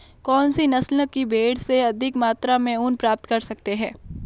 कौनसी नस्ल की भेड़ से अधिक मात्रा में ऊन प्राप्त कर सकते हैं?